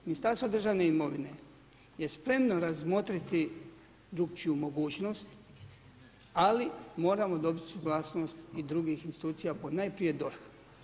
Ministarstvo državne imovine je spremno razmotriti drukčiju mogućnost, ali moramo dobiti suglasnost i drugih institucija ponajprije DORH.